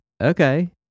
okay